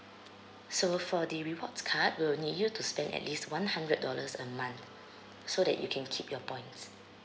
so for the rewards card we'll need you to spend at least one hundred dollars a month so that you can keep your points